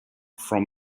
from